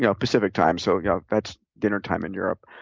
yeah pacific time, so yeah that's dinner time in europe,